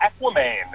Aquaman